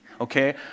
okay